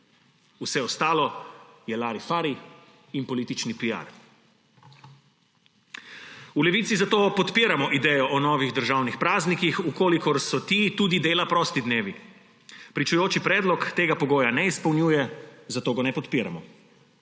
vse ostalo je larifari in politični piar. V Levici zato podpiramo idejo o novih državnih praznikih, če so ti tudi dela prosti dnevi. Pričujoči predlog tega pogoja ne izpolnjuje, zato ga ne podpiramo.